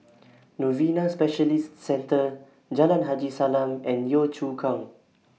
Novena Specialist Centre Jalan Haji Salam and Yio Chu Kang